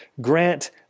grant